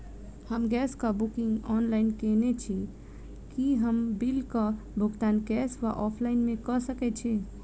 हम गैस कऽ booking online केने छी, की हम बिल कऽ भुगतान कैश वा ऑफलाइन मे कऽ सकय छी?